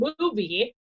movie